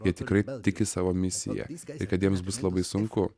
jie tikrai tiki savo misiją ir kad jiems bus labai sunku